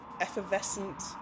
effervescent